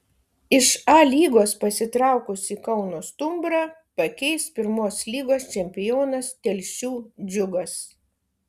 iš a lygos pasitraukusį kauno stumbrą pakeis pirmos lygos čempionas telšių džiugas